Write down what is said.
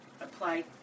apply